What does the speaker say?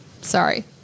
sorry